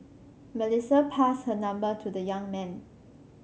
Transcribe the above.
Melissa passed her number to the young man